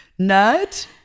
nerd